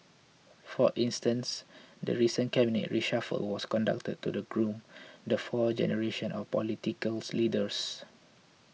for instance the recent cabinet reshuffle was conducted to the groom the fourth generation of political leaders